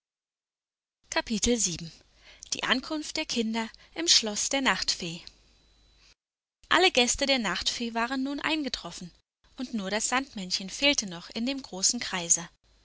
die ankunft der kinder im schloß der nachtfee alle gäste der nachtfee waren nun eingetroffen und nur das sandmännchen fehlte noch in dem großen kreise